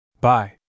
Bye